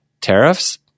tariffs